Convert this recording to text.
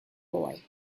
boy